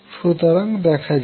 সুতরাং দেখাযাক